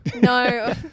No